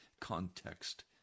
context